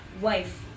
wife